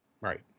Right